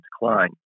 decline